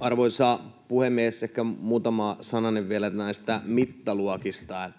Arvoisa puhemies! Ehkä muutama sananen vielä näistä mittaluokista.